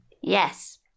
Yes